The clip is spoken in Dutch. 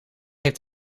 heeft